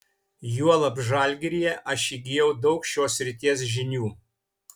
juolab žalgiryje aš įgijau daug šios srities žinių